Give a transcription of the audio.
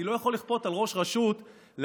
אני לא יכול לכפות על ראש רשות להעביר